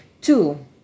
two